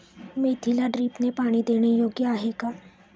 मेथीला ड्रिपने पाणी देणे योग्य आहे का?